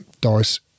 Doris